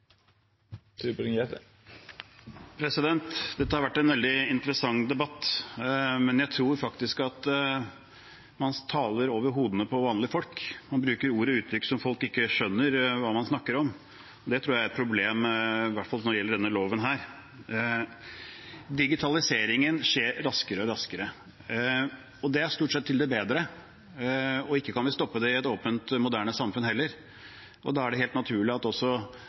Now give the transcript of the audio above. Dette har vært en veldig interessant debatt, men jeg tror faktisk at man taler over hodene på vanlige folk. Man bruker ord og uttrykk så folk ikke skjønner hva man snakker om. Det tror jeg er et problem i hvert fall når det gjelder denne loven. Digitaliseringen skjer raskere og raskere. Det er stort sett til det bedre, og ikke kan vi stoppe det i et åpent, moderne samfunn heller. Da er det helt naturlig at også